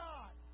God